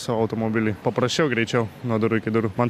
savo automobilį paprasčiau greičiau nuo durų iki durų man